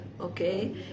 okay